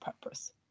purpose